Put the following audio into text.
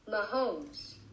Mahomes